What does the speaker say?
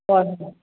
ꯍꯣꯏ ꯍꯣꯏ